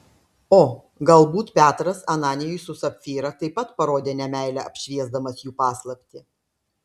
o galbūt petras ananijui su sapfyra taip pat parodė nemeilę apšviesdamas jų paslaptį